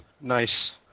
Nice